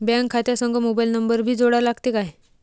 Bank खात्या संग mobile number भी जोडा लागते काय?